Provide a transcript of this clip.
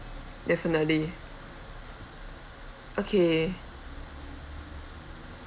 definitely okay